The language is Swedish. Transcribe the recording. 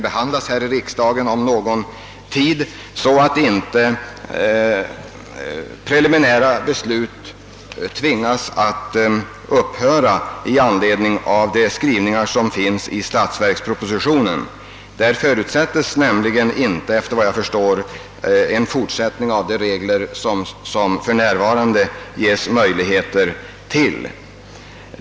I statsverkspropositionen förutsätts nämligen inte, såvitt jag förstår, att de regler som för närvarande gäller beträffande preliminära beslut om lokaliseringsstöd utanför den angivna medelsramen för budgetåret får fortsätta att gälla för 1967/68.